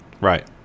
Right